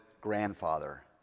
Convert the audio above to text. grandfather